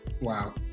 Wow